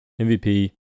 MVP